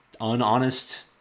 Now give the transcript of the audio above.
unhonest